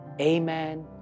Amen